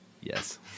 Yes